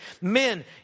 Men